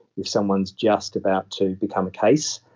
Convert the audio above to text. if someone is just about to become a case,